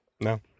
No